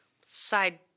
side